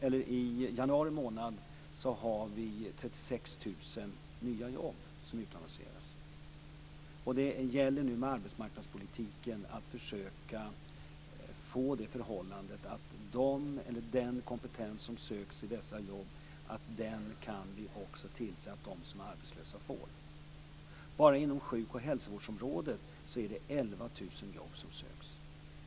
Bara i januari månad har vi 36 000 nya jobb som utannonseras. Det gäller nu att med arbetsmarknadspolitikens hjälp försöka få det så att den kompetens som eftersöks i dessa jobb, den skall vi också se till att de som är arbetslösa får. Bara inom sjuk och hälsovårdsområdet handlar det om 11 000 jobb.